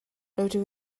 rydw